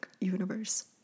universe